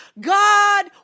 God